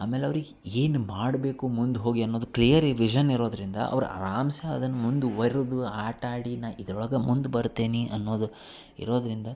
ಆಮೇಲೆ ಅವರಿಗೆ ಏನು ಮಾಡಬೇಕು ಮುಂದೆ ಹೋಗಿ ಅನ್ನೋದ್ ಕ್ಲಿಯರಿ ವಿಷನ್ ಇರೋದರಿಂದ ಅವ್ರು ಆರಾಮ್ಸೆ ಅದನ್ನು ಮುಂದುವರೆದು ಆಟಾಡಿ ನಾ ಇದರೊಳಗ ಮುಂದೆ ಬರ್ತೇನೆ ಅನ್ನೋದು ಇರೋದರಿಂದ